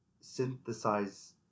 synthesize